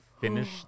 finish